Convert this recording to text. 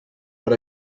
per